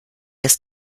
ist